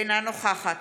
אינה נוכחת